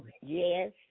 Yes